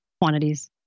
Quantities